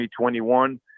2021